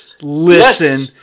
listen